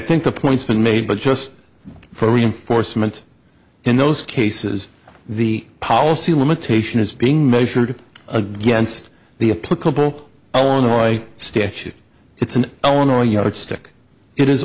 think the points been made but just for reinforcement in those cases the policy limitation is being measured against the applied couple illinois statute it's an illinois yardstick i